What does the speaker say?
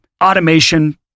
automation